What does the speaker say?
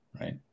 right